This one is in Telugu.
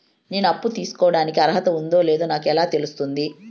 నేను అప్పు తీసుకోడానికి అర్హత ఉందో లేదో నాకు ఎలా తెలుస్తుంది?